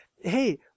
hey